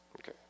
okay